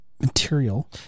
material